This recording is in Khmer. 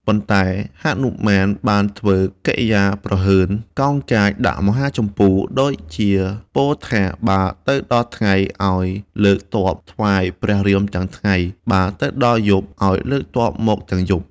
ប៉ុន្តែហនុមានបានធ្វើកិរិយាព្រហើន កោងកាចដាក់មហាជម្ពូដូចជាពោលថា បើទៅដល់ថ្ងៃ ឱ្យលើកទ័ពថ្វាយព្រះរាមទាំងថ្ងៃ បើទៅដល់យប់អោយលើកទ័ពមកទាំងយប់។